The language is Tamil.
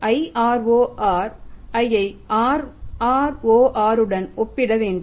IROR ஐ RRORருடன் ஒப்பிட வேண்டும்